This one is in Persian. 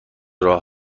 راه